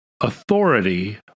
authority